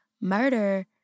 murder